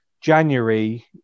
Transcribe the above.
january